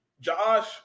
Josh